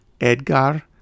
Edgar